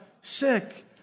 sick